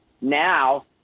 Now